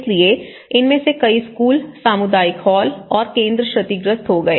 इसलिए इनमें से कई स्कूल सामुदायिक हॉल और केंद्र क्षतिग्रस्त हो गए